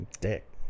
Dick